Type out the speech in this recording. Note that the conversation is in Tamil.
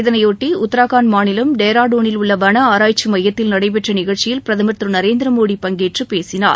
இதனையொட்டி உத்ர்காண்ட் மாநிலம் டேராடூனில் உள்ள வன ஆராய்ச்சி மையத்தில் நடைபெற்ற நிகழ்ச்சியில் பிரதமர் திரு நரேந்திரமோடி பங்கேற்று பேசினார்